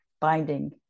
binding